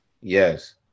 Yes